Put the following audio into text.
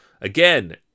Again